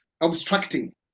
obstructing